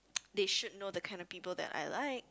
they should know the kind of people that I like